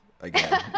again